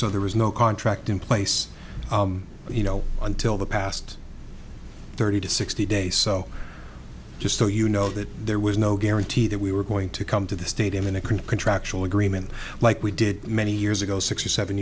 so there was no contract in place you know until the past thirty to sixty days so just so you know no that there was no guarantee that we were going to come to the stadium in a current contractual agreement like we did many years ago sixty seven